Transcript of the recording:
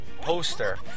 poster